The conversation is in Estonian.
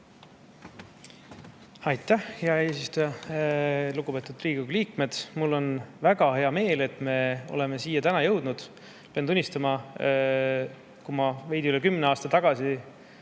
Aitäh, hea eesistuja! Lugupeetud Riigikogu liikmed! Mul on väga hea meel, et me oleme siia täna jõudnud. Pean tunnistama, et kui ma olin veidi üle kümne aasta tagasi